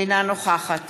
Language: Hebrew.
אינה נוכחת